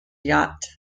yacht